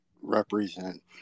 represent